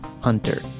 Hunter